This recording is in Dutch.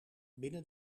binnen